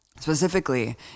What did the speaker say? Specifically